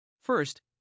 First